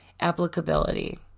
Applicability